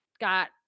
got –